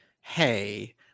Hey